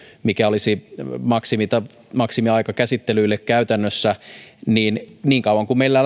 mikä olisi maksimiaika maksimiaika käsittelyille käytännössä että niin kauan kuin meillä